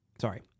Sorry